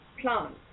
plants